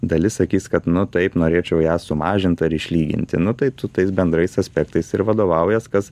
dalis sakys kad nu taip norėčiau ją sumažint ar išlyginti nu tai tu tais bendrais aspektais ir vadovaujies kas